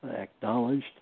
acknowledged